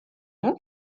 nhw